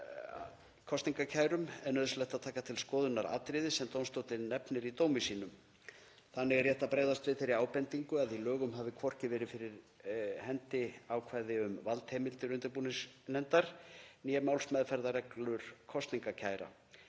kosningakærum, er nauðsynlegt að taka til skoðunar atriði sem dómstóllinn nefnir í dómi sínum. Þannig er rétt að bregðast við þeirri ábendingu að í lögum hafi hvorki verið fyrir hendi ákvæði um valdheimildir undirbúningsnefndar né málsmeðferðarreglur kosningakæra.